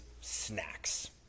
snacks